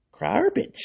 garbage